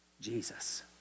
Jesus